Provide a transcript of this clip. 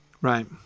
right